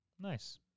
Nice